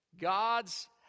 God's